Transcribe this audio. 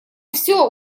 всё